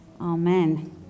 Amen